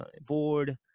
board